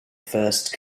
first